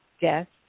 guest